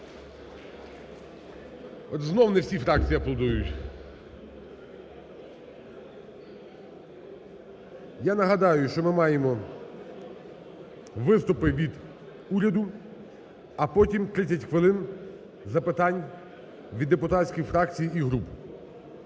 Знов не всі фракції аплодують. Я нагадаю, що ми маємо виступи від уряду, а потім 30 хвилин запитань від депутатських фракцій і груп.